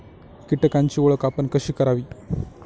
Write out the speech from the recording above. कीटकांची ओळख आपण कशी करावी?